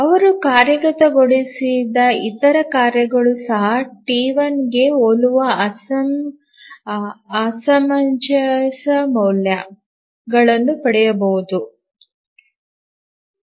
ಅವರು ಕಾರ್ಯಗತಗೊಳಿಸಿದ ಇತರ ಕಾರ್ಯಗಳು ಸಹ ಟಿ 1 ಗೆ ಹೋಲುವ ಅಸಮಂಜಸ ಮೌಲ್ಯಗಳನ್ನು ಪಡೆಯಬಾರದು B